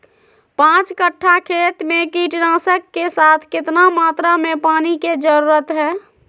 पांच कट्ठा खेत में कीटनाशक के साथ कितना मात्रा में पानी के जरूरत है?